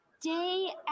day